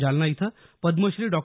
जालना इथं पद्मश्री डॉ